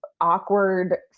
awkward